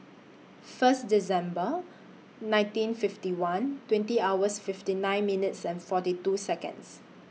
First December nineteen fifty one twenty hours fifty nine minutes and forty two Seconds